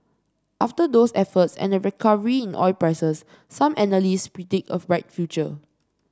after those efforts and a recovery in oil prices some analysts predict a bright future